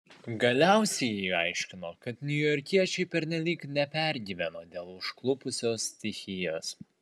galiausiai ji aiškino kad niujorkiečiai pernelyg nepergyveno dėl užklupusios stichijos